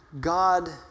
God